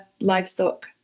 livestock